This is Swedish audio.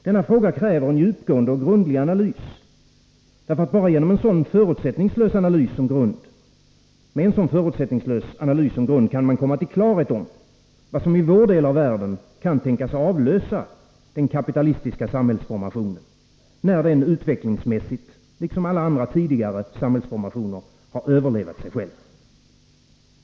Denna fråga kräver en djupgående och grundlig analys, därför att man bara med en sådan förutsättningslös analys som grund kan komma till klarhet om vad som i vår del av världen kan tänkas avlösa den kapitalistiska samhällsformationen, när den, liksom alla andra tidigare samhällsformationer, utvecklingsmässigt har överlevt sig själv.